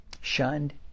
shunned